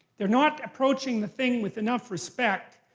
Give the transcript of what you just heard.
they're not approaching the thing with enough respect,